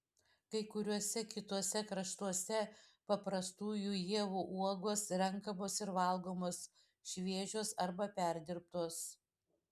kai kuriuose kituose kraštuose paprastųjų ievų uogos renkamos ir valgomos šviežios arba perdirbtos